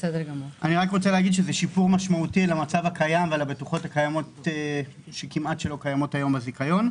זה שיפור משמעותי למצב הקיים ולבטוחות שכמעט לא קיימות כיום בזיכיון.